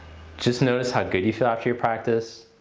just notice how good you feel after your practice.